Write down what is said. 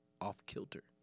off-kilter